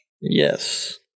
yes